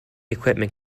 equipment